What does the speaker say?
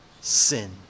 sin